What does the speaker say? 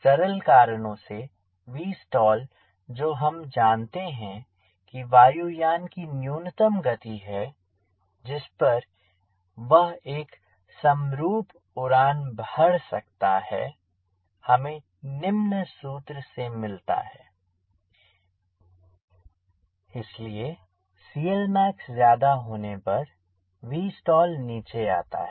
सरल कारणों से Vstall जो हम जानते हैं कि वायु यान की न्यूनतम गति है जिस पर वह एक समरूप उड़ान भर सकता है हमें निम्न सूत्र से मिलता है Vstall2WSCLmax इसलिए CLmax ज्यादा होने पर Vstall नीचे आता है